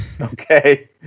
Okay